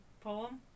poem